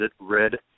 Red